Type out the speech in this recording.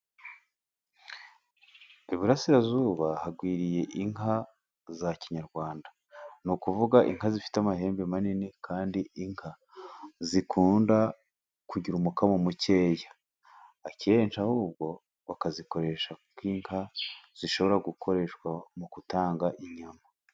Iburasirazuba hagwiriye inka za kinyarwanda ni ukuvuga inka zifite amahembe manini kandi inka zikunda kugira umukamo mukeya, akenshi ahubwo bakazikoresha nk'inka zishobora gukoreshwa mu gutanga inyama.